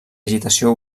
agitació